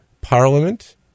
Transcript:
parliament